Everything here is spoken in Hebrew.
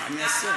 מה אני אעשה.